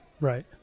Right